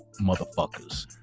motherfuckers